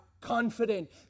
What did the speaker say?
confident